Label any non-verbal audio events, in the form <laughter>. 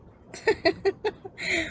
<laughs>